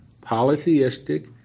polytheistic